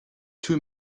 two